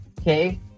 okay